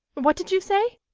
what did you say?